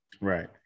Right